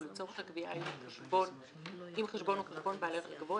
ולצורך הקביעה האם חשבון הוא חשבון בעל ערך גבוה,